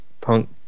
Punk